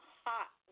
hot